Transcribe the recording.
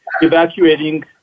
evacuating